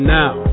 now